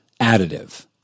additive